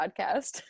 podcast